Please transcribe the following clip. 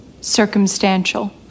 Circumstantial